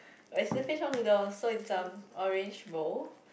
it's the fishball bowl noodles so it's um orange bowl